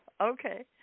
Okay